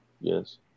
Yes